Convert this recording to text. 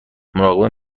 مراقب